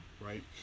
right